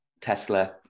Tesla